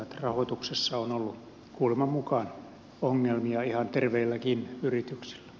rahoituksessa on ollut kuuleman mukaan ongelmia ihan terveilläkin yrityksillä